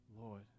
Lord